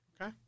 Okay